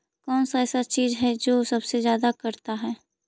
कौन सा ऐसा चीज है जो सबसे ज्यादा करता है?